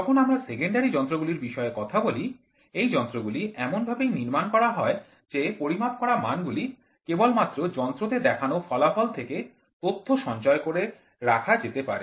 যখন আমরা সেকেন্ডারি যন্ত্রগুলির বিষয়ে কথা বলি এই যন্ত্রগুলি এমন ভাবেই নির্মাণ করা হয় যে পরিমাপ করা মানগুলি কেবলমাত্র যন্ত্রতে দেখানো ফলাফল থেকে তথ্য সঞ্চয় করে রাখা যেতে পারে